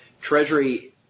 Treasury